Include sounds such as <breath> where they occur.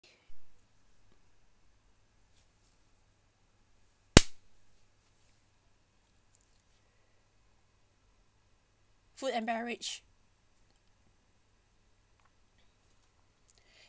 food and beverage <breath>